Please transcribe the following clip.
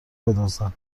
بدزدن